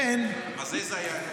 אז איזה שר זה היה?